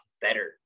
better